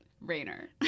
Rainer